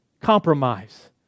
Compromise